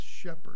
shepherd